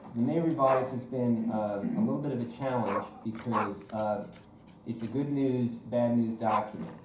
the may revise has been a little bit of a challenge because ah it's a good news bad news document.